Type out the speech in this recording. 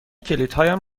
کلیدهایم